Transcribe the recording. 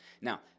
Now